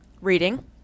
reading